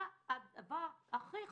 מה הדבר הכי חשוב?